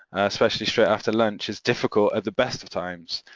especially straight after lunch is difficult at the best of times.